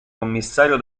commissario